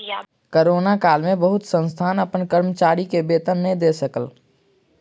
corona काल में बहुत संस्थान अपन कर्मचारी के वेतन नै दय सकल